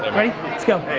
ready, let's go.